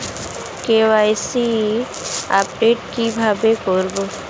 KYC update কি ভাবে করবো?